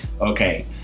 okay